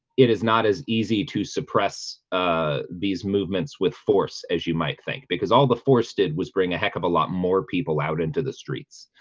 it is not as easy to suppress ah these movements with force as you might think because all the force did was bring a heck of a lot more people out into the streets